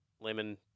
Lemon